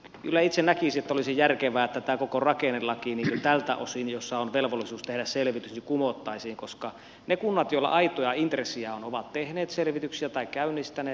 kyllä itse näkisin että olisi järkevää että tämä koko rakennelaki tältä osin jossa on velvollisuus tehdä selvitys kumottaisiin koska ne kunnat joilla aitoa intressiä on ovat tehneet selvityksiä tai käynnistäneet ne